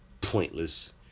Pointless